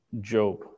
Job